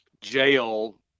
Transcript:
jail